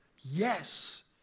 Yes